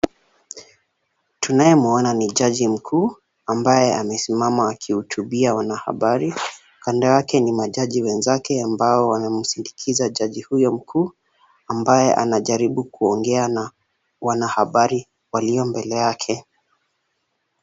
Tunayemuona ni jaji mkuu ambaye amesimama akihutubia wanahabari. Kando yake ni majaji wenzake ambao wanamsindikiza jaji huyo mkuu, ambaye anajaribu kuongea na wanahabari walio mbele yake.